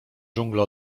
dżungla